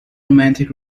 romantic